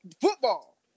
football